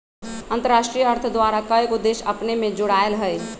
अंतरराष्ट्रीय अर्थ द्वारा कएगो देश अपने में जोरायल हइ